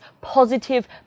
positive